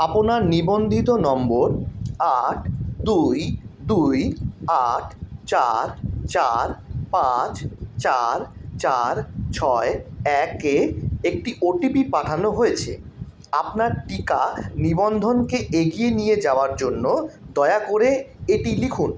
আপনার নিবন্ধিত নম্বর আট দুই দুই আট চার চার পাঁচ চার চার ছয় এক এ একটি ও টি পি পাঠানো হয়েছে আপনার টিকা নিবন্ধনকে এগিয়ে নিয়ে যাওয়ার জন্য দয়া করে এটি লিখুন